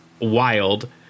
wild